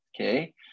okay